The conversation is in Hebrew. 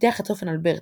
פיתח את צופן אלברטי,